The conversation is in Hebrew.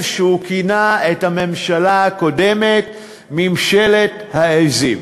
שהוא כינה את הממשלה הקודמת "ממשלת העזים".